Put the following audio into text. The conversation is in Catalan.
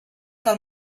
del